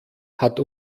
hat